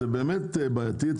זה באמת בעייתי,